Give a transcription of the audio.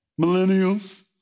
Millennials